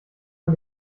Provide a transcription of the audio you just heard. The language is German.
man